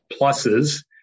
pluses